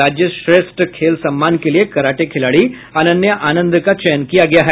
राज्य श्रेष्ठ खेल सम्मान के लिए कराटे खिलाड़ी अनन्या आनंद का चयन किया गया है